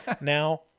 Now